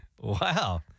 Wow